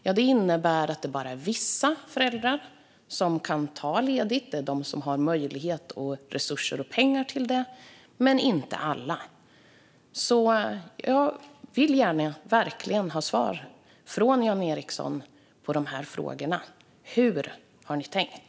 Jo, det innebär att det bara är vissa föräldrar som kan ta ledigt. Det är de som har möjlighet och pengar till det, men inte alla. Jag vill verkligen ha svar från Jan Ericson på dessa frågor. Hur har ni tänkt?